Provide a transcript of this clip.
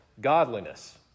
godliness